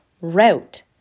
route